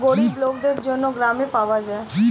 গরিব লোকদের জন্য গ্রামে পাওয়া যায়